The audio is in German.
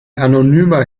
anonymer